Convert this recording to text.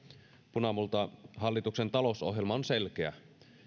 punamultahallituksen talousohjelma on selkeä